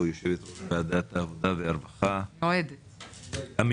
יושבת-ראש ועדת העבודה והרווחה המיועדת,